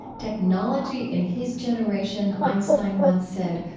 technology in his generation, einstein once said,